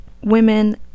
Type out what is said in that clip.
women